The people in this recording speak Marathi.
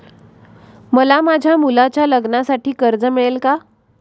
मला माझ्या मुलाच्या लग्नासाठी कर्ज मिळेल का?